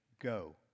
go